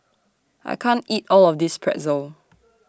I can't eat All of This Pretzel